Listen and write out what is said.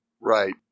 Right